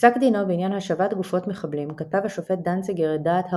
בפסק דינו בעניין השבת גופות מחבלים כתב השופט דנציגר את דעת הרוב,